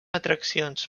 atraccions